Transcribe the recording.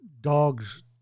dog's